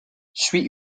suit